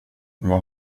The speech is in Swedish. vad